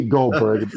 Goldberg